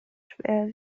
schwer